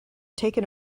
taken